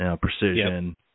precision